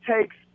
takes